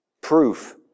Proof